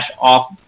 off